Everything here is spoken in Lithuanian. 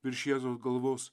virš jėzaus galvos